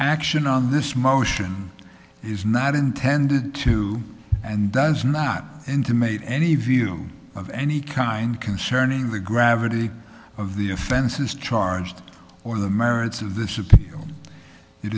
action on this motion is not intended to and does not intimate any view of any kind concerning the gravity of the offenses charged or the merits of this